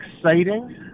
exciting